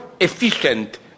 efficient